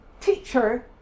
teacher